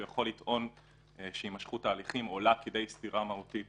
הוא יכול לטעון שהימשכות ההליכים עולה כדי סתירה מהותית